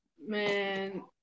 Man